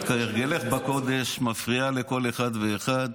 כהרגלך בקודש, את מפריעה לכל אחד ואחד,